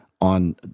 on